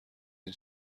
این